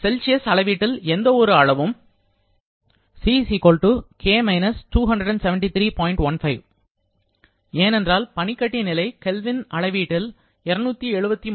Celsius அளவீட்டில் எந்த ஒரு அளவும் ஏனென்றால் பனிக்கட்டி நிலை கெல்வின் அளவீட்டில் 273